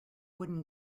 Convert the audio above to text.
wooden